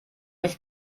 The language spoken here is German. nicht